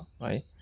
right